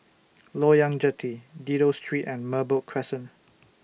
Loyang Jetty Dido Street and Merbok Crescent